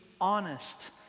honest